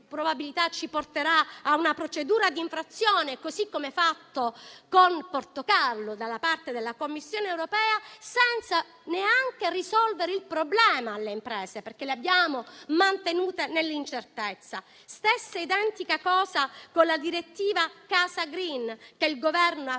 probabilità ci porterà a una procedura d'infrazione, come quella ricevuta dal Portogallo da parte della Commissione europea, senza neanche risolvere il problema alle imprese, perché le abbiamo mantenute nell'incertezza. Stessa identica cosa con la direttiva casa *green*, che il Governo